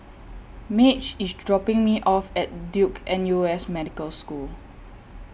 Madge IS dropping Me off At Duke N U S Medical School